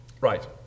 Right